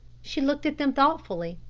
she looked at them thoughtfully.